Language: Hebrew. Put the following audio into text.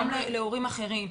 גם לילדים אחרים.